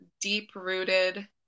deep-rooted